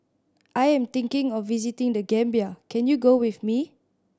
I am thinking of visiting The Gambia can you go with me